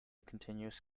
continuous